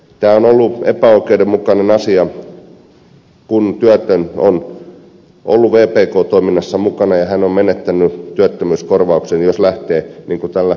tämä on ollut epäoikeudenmukainen asia kun työtön on ollut vpk toiminnassa mukana ja hän on menettänyt työttömyyskorvauksen jos lähtee niin kuin täällä ed